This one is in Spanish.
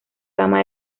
gama